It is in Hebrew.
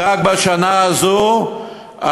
רק בשנה הזאת,